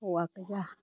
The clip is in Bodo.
हौवागोजा